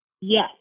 Yes